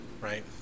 Right